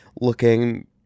looking